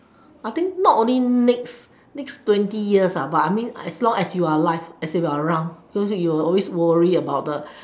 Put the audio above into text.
I think not only next next twenty years but I mean as long as you are alive as in you are around so you will always worry about the